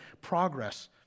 progress